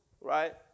right